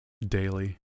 Daily